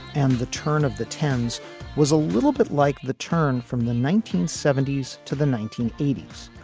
and the turn of the ten s was a little bit like the turn from the nineteen seventy s to the nineteen eighty s.